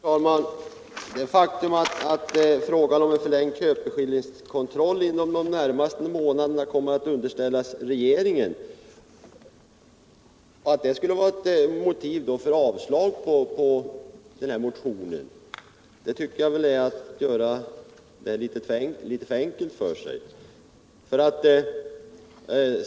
Herr talman! Att låta det faktum att frågan om en förlängd köpeskillingskontroll inom de närmaste månaderna kommer att underställas regeringen molivera ett avslag på motionen tycker jag är att göra det litet för enkelt för sig.